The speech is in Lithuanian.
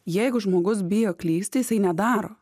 jeigu žmogus bijo klysti jisai nedaro